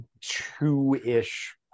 two-ish